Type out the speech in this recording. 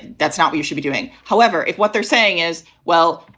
that's not me you should be doing. however, if what they're saying is, well,